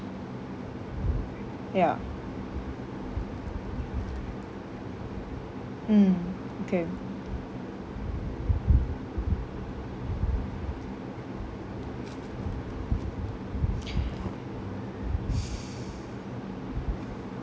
ya mm okay